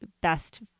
best